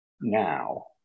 now